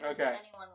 Okay